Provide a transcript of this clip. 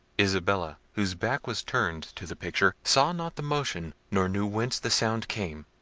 isabella, whose back was turned to the picture, saw not the motion, nor knew whence the sound came,